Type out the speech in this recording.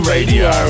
Radio